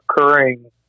occurring